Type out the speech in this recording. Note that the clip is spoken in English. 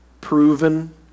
proven